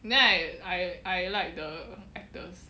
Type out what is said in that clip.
no I I like the actors